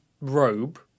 robe